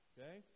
Okay